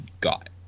got